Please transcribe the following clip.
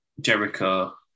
Jericho